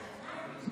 של מי?